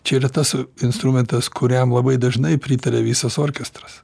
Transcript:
čia yra tas instrumentas kuriam labai dažnai pritaria visas orkestras